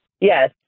Yes